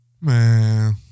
Man